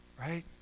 Right